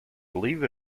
believe